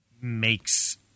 makes